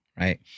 Right